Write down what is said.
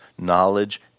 Knowledge